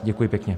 Děkuji pěkně.